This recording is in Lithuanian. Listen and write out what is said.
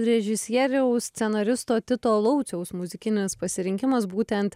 režisieriaus scenaristo tito lauciaus muzikinis pasirinkimas būtent